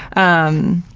um,